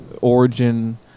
origin